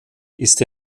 ist